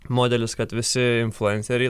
modelis kad visi influenceriai